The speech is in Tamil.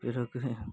பிறகு